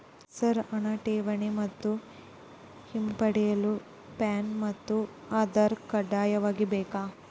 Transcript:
Sir ಹಣ ಠೇವಣಿ ಮತ್ತು ಹಿಂಪಡೆಯಲು ಪ್ಯಾನ್ ಮತ್ತು ಆಧಾರ್ ಕಡ್ಡಾಯವಾಗಿ ಬೇಕೆ?